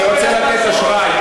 אני רוצה לתת אשראי.